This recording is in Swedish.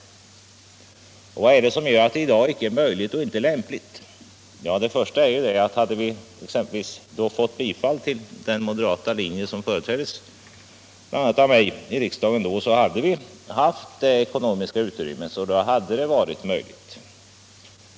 Men vad är det som gör att det inte är möjligt eller lämpligt att behålla F 12? Hade vi fått bifall till den moderata linje som företräddes av bl.a. mig i riksdagen vid det tidigare tillfället hade vi haft ekonomiskt utrymme för att behålla F 12.